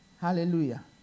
Hallelujah